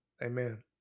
Amen